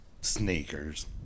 Sneakers